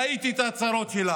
ראיתי את ההצהרות שלה,